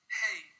hey